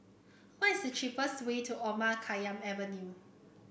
what is the cheapest way to Omar Khayyam Avenue